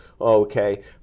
okay